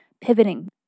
pivoting